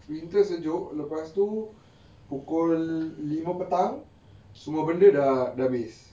winter sejuk lepas tu pukul lima petang semua benda dah habis